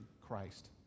Christ